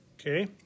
Okay